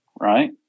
right